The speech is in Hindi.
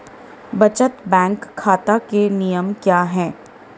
बचत बैंक खाता के नियम क्या हैं?